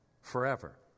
forever